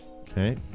Okay